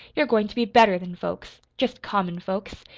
you're goin' to be better than folks jest common folks.